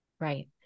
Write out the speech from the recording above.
Right